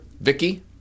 Vicky